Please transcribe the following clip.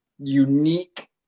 unique